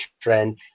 trend